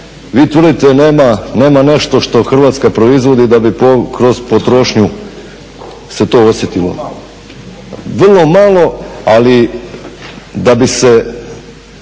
vi tvrdite nema nešto što Hrvatska proizvodi da bi kroz potrošnju se to osjetilo……/Upadica: Vrlo malo/… Vrlo malo ali da bi se,